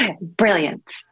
Brilliant